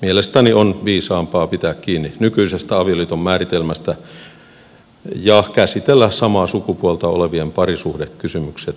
mielestäni on viisaampaa pitää kiinni nykyisestä avioliiton määritelmästä ja käsitellä samaa sukupuolta olevien parisuhdekysymykset siitä erillään